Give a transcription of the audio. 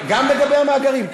גם לגבי המאגרים.